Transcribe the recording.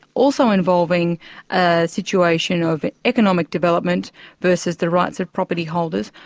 also involving a situation of economic development versus the rights of property holders.